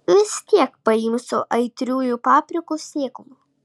vis tiek paimsiu aitriųjų paprikų sėklų